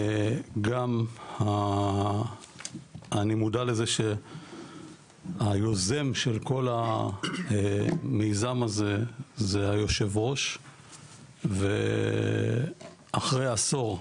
גם אני מודע לזה שהיוזם של כל המיזם הזה זה היושב ראש ואחרי עשור,